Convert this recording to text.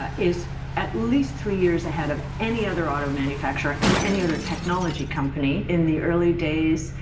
ah is at least three years ahead of any other auto manufacturer and any other technology company. in the early days,